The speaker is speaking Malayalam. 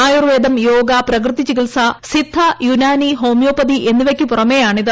ആയുർവേദം യോഗ പ്രകൃതിചികിത്സ സിദ്ധ യുനാനി ഹോമിയോപ്പതി എന്നിവയ്ക്ക് പുറമേയാണിത്